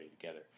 together